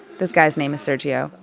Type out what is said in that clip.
this guy's name is sergiusz.